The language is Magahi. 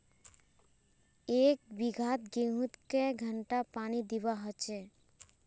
एक बिगहा गेँहूत कई घंटा पानी दुबा होचए?